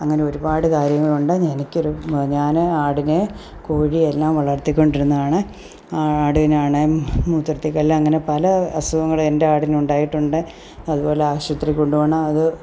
അങ്ങനെ ഒരുപാട് കാര്യങ്ങളുണ്ട് ഞ എനിക്കൊരു ഞാൻ ആടിനെ കോഴിയെ എല്ലാം വളർത്തിക്കൊണ്ടിരുന്നതാണ് ആടിനാണെ മൂത്രത്തിൽക്കല്ല് അങ്ങനെ പല അസുഖങ്ങളും എൻ്റെയാടിനു ഉണ്ടായിട്ടുണ്ട് അതുപോലെ ആശുപത്രിയിൽ കൊണ്ടു പോകണം അത്